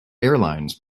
airlines